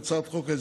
תדבר ותצאו להפסקה.